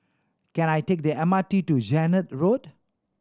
can I take the M R T to Zehnder Road